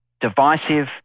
divisive